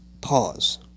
Pause